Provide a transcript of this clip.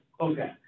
Okay